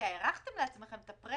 אני עוד פעם מציף את זה בפני